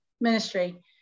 ministry